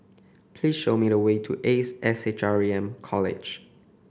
please show me the way to Ace S H R M College